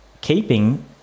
keeping